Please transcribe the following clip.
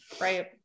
Right